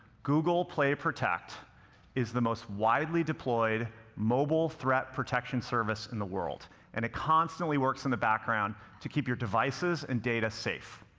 google play protect is the most widely deployed mobile threat protection service in the world and it constantly works in the background to keep your devices and data safe.